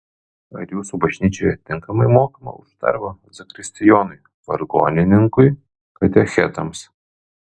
ar jūsų bažnyčioje tinkamai mokama už darbą zakristijonui vargonininkui katechetams